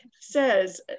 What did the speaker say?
says